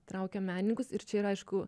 traukia menininkus ir čia yra aišku